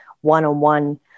one-on-one